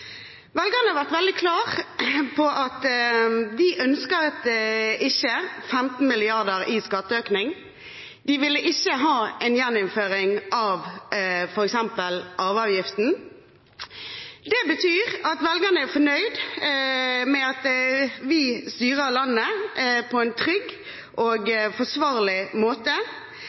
veldig klare på at de ikke ønsket 15 mrd. kr i skatteøkning, de ville ikke ha en gjeninnføring av f.eks. arveavgiften. Det betyr at velgerne er fornøyd med at vi styrer landet på en trygg og forsvarlig måte.